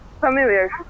familiar